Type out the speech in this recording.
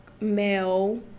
male